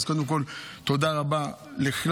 אז קודם כול, תודה רבה לכלל.